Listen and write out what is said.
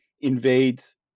invades